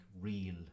real